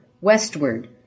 westward